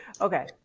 Okay